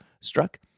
struck